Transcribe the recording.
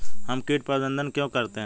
हम कीट प्रबंधन क्यों करते हैं?